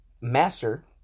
Master